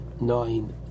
nine